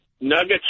Nuggets